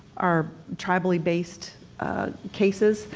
are tribally based cases,